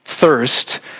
thirst